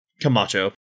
Camacho